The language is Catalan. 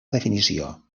definició